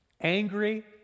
angry